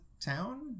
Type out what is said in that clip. town